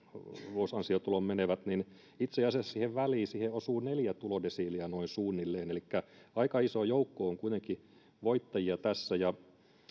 vuosiansiotuloon menevät niin itse asiassa siihen väliin osuu neljä tulodesiiliä noin suunnilleen elikkä aika iso joukko on kuitenkin voittajia tässä